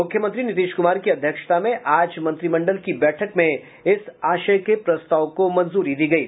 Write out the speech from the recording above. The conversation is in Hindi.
मुख्यमंत्री नीतीश कुमार की अध्यक्षता में आज मंत्रिमंडल की बैठक में इस आशय के प्रस्ताव को मंजूरी दी गयी